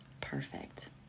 Perfect